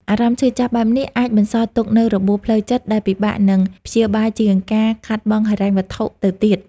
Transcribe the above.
អារម្មណ៍ឈឺចាប់បែបនេះអាចបន្សល់ទុកនូវរបួសផ្លូវចិត្ត ដែលពិបាកនឹងព្យាបាលជាងការខាតបង់ហិរញ្ញវត្ថុទៅទៀត។